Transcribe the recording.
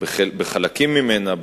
בחלקים ממנה,